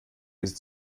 ist